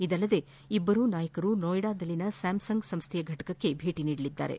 ಇದಲ್ಲದೆ ಇಬ್ಬರೂ ನಾಯಕರು ಸೊಯ್ಡಾದಲ್ಲಿನ ಸ್ಕಾಮ್ಸಂಗ್ ಸಂಸ್ಥೆಯ ಫಟಕಕ್ಕೆ ಭೇಟಿ ನೀಡಲಿದ್ದಾರೆ